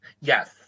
Yes